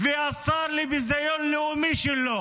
והשר לביזיון לאומי שלו,